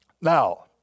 Now